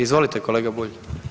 Izvolite kolega Bulj.